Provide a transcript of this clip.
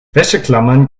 wäscheklammern